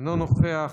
אינו נוכח,